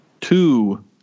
two